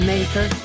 Maker